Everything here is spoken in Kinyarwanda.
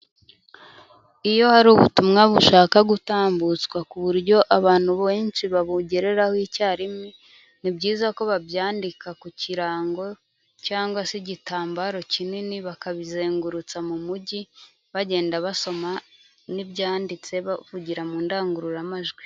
Iyo hari ubutumwa bushaka gutambutswa ku buryo abantu benshi babugereraho icyarimwe, ni byiza ko babyandika ku kirango cyangwa se igitambaro kinini bakabizengurutsa mu mujyi, bagenda basoma n'ibyanditse, bavugira mu ndangururamajwi.